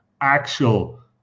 actual